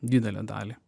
didelę dalį